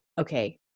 okay